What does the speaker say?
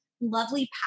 lovely